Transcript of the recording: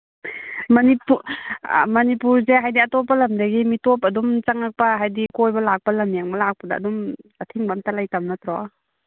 ꯃꯅꯤꯄꯨꯔ ꯃꯅꯤꯄꯨꯔꯁꯦ ꯍꯥꯏꯗꯤ ꯑꯇꯣꯞꯄ ꯂꯝꯗꯒꯤ ꯃꯤꯇꯣꯞ ꯑꯗꯨꯝ ꯆꯪꯉꯛꯄ ꯍꯥꯏꯗꯤ ꯀꯣꯏꯕ ꯂꯥꯛꯄ ꯂꯝ ꯌꯦꯡꯕ ꯂꯥꯛꯄꯗ ꯑꯗꯨꯝ ꯑꯊꯤꯡꯕ ꯑꯝꯇ ꯂꯩꯇꯕ ꯅꯠꯇ꯭ꯔꯣ